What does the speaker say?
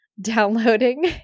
downloading